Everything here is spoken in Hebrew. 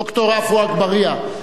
ד"ר עפו אגבאריה,